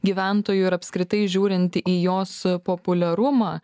gyventojų ir apskritai žiūrint į jos populiarumą